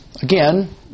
Again